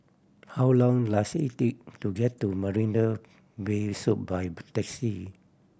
how long does it take to get to Marina Bay Suite by taxi